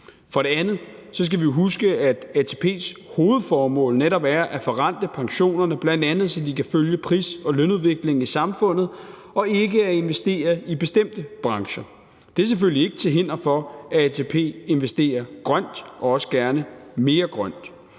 For det andet skal vi huske, at ATP's hovedformål netop er at forrente pensionerne, bl.a. så de kan følge pris- og lønudviklingen i samfundet, og ikke at investere i bestemte brancher. Det er selvfølgelig ikke til hinder for, at ATP investerer grønt og også gerne mere grønt,